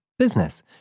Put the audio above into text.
Business